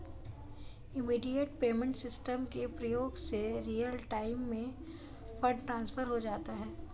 immediate payment system के प्रयोग से रियल टाइम में फंड ट्रांसफर हो जाता है